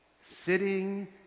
Sitting